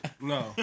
No